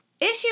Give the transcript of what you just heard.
Issue